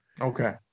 Okay